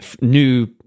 new